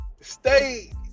stay